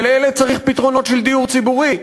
ולאלה צריך פתרונות של דיור ציבורי,